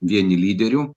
vieni lyderių